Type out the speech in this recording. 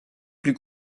plus